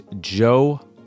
Joe